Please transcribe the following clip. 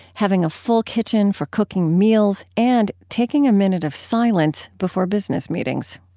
having a full kitchen for cooking meals, and taking a minute of silence before business meetings